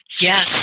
Yes